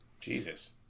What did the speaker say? Jesus